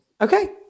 Okay